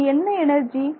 இது என்ன எனர்ஜி